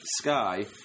sky